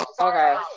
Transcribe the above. Okay